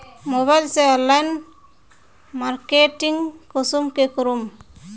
Mobile से online marketing कुंसम के करूम?